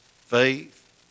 faith